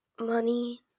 money